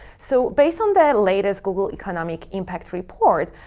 so based on the latest google economic impact report,